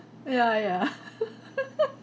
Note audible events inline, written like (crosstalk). ya ya (laughs)